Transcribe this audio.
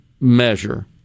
measure